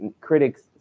critics